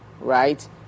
right